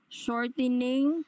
shortening